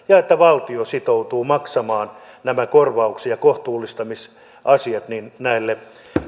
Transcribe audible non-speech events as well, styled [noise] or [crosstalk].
[unintelligible] ja että valtio sitoutuu maksamaan nämä korvaus ja kohtuullistamisasiat näille